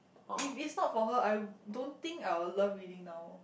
if is not for her I don't think I will love reading now